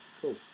cool